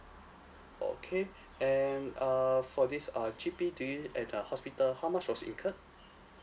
okay and err for this uh G_P did you at the hospital how much was incurred